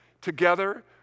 together